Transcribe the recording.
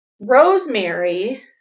Rosemary